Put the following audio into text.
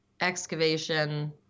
excavation